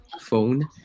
phone